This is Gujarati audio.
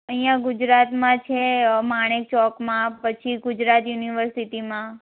અહીંયાં ગુજરાતમાં છે માણેકચોકમાં પછી ગુજરાત યુનિવર્સિટીમાં